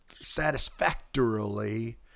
satisfactorily